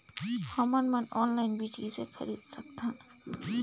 हमन मन ऑनलाइन बीज किसे खरीद सकथन?